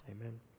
Amen